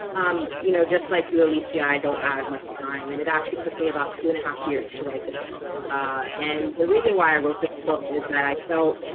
um you know just like you alesi i don't have much time and it actually took me about two and a half years to write this book and the reason why i wrote this book isn't that i felt?